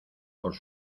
por